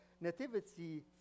nativity